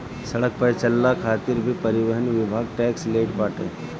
सड़क पअ चलला खातिर भी परिवहन विभाग टेक्स लेट बाटे